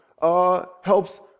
helps